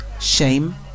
Shame